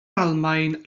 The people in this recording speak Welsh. almaen